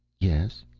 yes.